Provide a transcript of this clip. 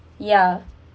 ya